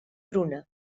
pruna